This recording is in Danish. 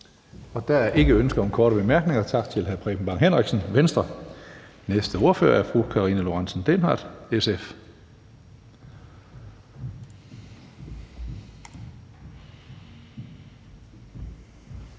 Der er ikke ønske om korte bemærkninger. Tak til hr. Preben Bang Henriksen, Venstre. Næste ordfører er fru Karina Lorentzen Dehnhardt, SF.